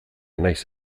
naiz